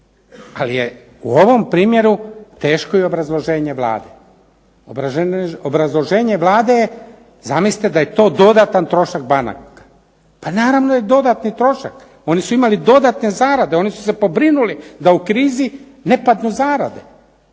ali je u ovom primjeru teško i obrazloženje Vlade. Obrazloženje Vlade je zamislite da je to dodatan trošak banaka. Pa naravno je dodatni trošak. Oni su imali dodatne zarade, oni su se pobrinuli da u krizi ne padnu zarade.